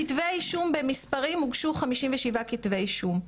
כתבי אישום במספרים, הוגשו 57 כתבי אישום.